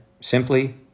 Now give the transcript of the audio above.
simply